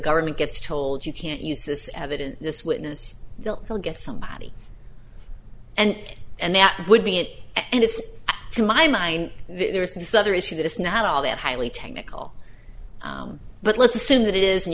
government gets told you can't use this evidence this witness will get somebody and and that would be it and it's to my mind there's this other issue that it's not all that highly technical but let's assume that it is